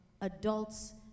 adults